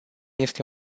este